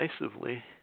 decisively